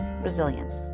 resilience